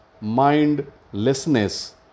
mindlessness